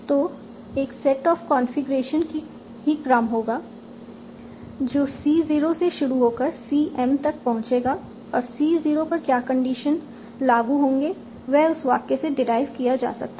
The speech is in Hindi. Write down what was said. तो एक सेट ऑफ कॉन्फ़िगरेशन ही क्रम होगा जो c0 से शुरू होकर सीएम तक पहुंचेगा और c0 पर क्या कंडीशन लागू होंगे वह उस वाक्य से डेराईव किया जा सकता है